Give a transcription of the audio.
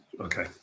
Okay